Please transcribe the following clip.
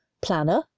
planner